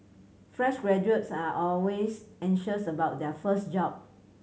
fresh graduates are always anxious about their first job